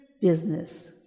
business